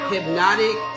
Hypnotic